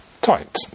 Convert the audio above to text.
tight